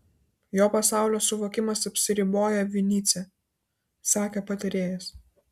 jo pasaulio suvokimas apsiriboja vinycia sakė patarėjas